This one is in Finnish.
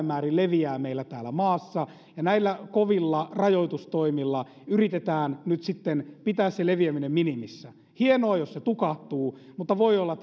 määrin leviää meillä tässä maassa ja näillä kovilla rajoitustoimilla yritetään nyt sitten pitää se leviäminen minimissä hienoa jos se tukahtuu mutta voi olla